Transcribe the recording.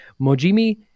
Mojimi